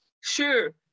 sure